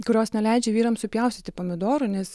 kurios neleidžia vyrams supjaustyti pomidorų nes